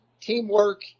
teamwork